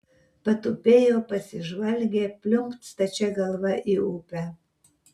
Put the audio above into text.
patupėjo pasižvalgė pliumpt stačia galva į upę